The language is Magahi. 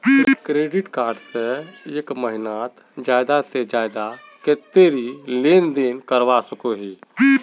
क्रेडिट कार्ड से एक महीनात ज्यादा से ज्यादा कतेरी लेन देन करवा सकोहो ही?